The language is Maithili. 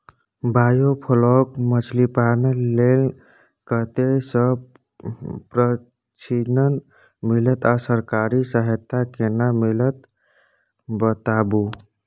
बायोफ्लॉक मछलीपालन लेल कतय स प्रशिक्षण मिलत आ सरकारी सहायता केना मिलत बताबू?